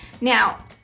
Now